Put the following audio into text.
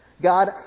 God